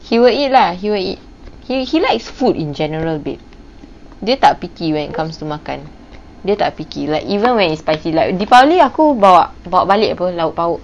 he will eat lah he will eat he he he likes food in general babe dia tak picky when it comes to makan dia tak picky like even when you spicy like deepavali aku bawa bawa balik apa lauk-pauk